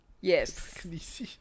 Yes